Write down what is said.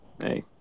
Hey